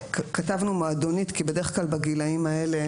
כתבנו מועדונית כי בדרך כלל בגילאים האלה,